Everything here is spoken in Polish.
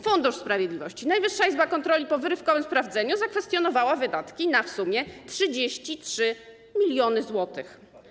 Fundusz Sprawiedliwości - Najwyższa Izba Kontroli po wyrywkowym sprawdzeniu zakwestionowała wydatki wynoszące w sumie 33 mln zł.